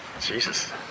Jesus